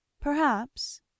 Perhaps